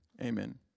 Amen